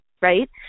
right